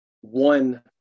one